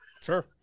Sure